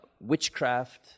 witchcraft